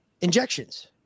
injections